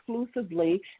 exclusively